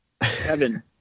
Kevin